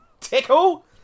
tickle